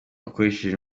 akoresheje